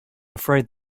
afraid